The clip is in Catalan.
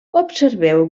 observeu